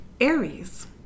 Aries